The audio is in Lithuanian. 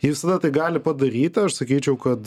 jis tada tai gali padaryt aš sakyčiau kad